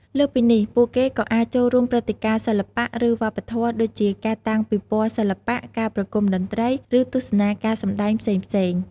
លើសពីនេះ ពួកគេក៏អាច ចូលរួមព្រឹត្តិការណ៍សិល្បៈ ឬវប្បធម៌ ដូចជា ការតាំងពិព័រណ៍សិល្បៈ ការប្រគុំតន្ត្រី ឬទស្សនាការសម្ដែងផ្សេងៗ។